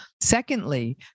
Secondly